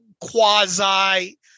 quasi –